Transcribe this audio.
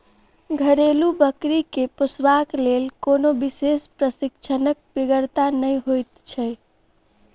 घरेलू बकरी के पोसबाक लेल कोनो विशेष प्रशिक्षणक बेगरता नै होइत छै